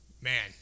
man